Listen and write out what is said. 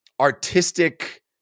artistic